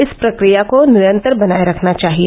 इस प्रक्रिया को निरंतर बनाये रखना चाहिए